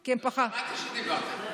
כי הם פחדו, שמעתי שדיברת על זה.